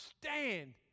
stand